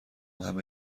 همه